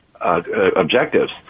objectives